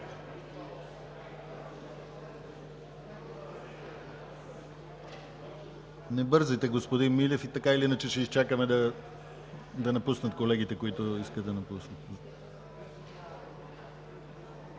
Не бързайте, господин Милев, така или иначе ще изчакаме да напуснат колегите, които искат. (Шум